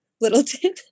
Littleton